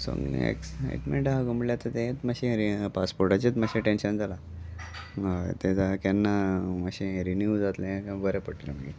सगलें एक्सायटमेंट आसा गो म्हणल्यार आतां तेंच मात्शें पासपोर्टाचेच मात्शें टेंशन जालां हय ते केन्ना मातशें रिन्यू जातलें बरें पडटलें मागीर